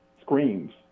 screams